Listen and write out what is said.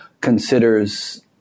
considers